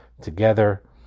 together